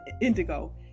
indigo